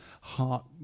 heart